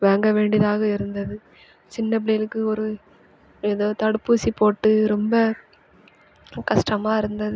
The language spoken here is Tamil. வாங்க வேண்டியதாக இருந்தது சின்ன பிள்ளைகளுக்கு ஒரு எதோ தடுப்பூசி போட்டு ரொம்ப கஸ்டமாக இருந்தது